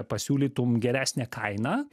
pasiūlytum geresnę kainą